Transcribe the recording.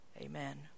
amen